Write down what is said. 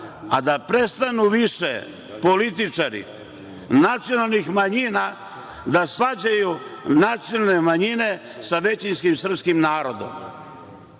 Da prestanu više političari nacionalnih manjina da svađaju nacionalne manjine sa većinskim srpskim narodom,